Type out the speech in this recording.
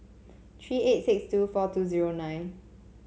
three eight six two four two zero nine